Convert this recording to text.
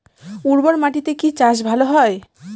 উর্বর মাটিতে কি চাষ ভালো হয়?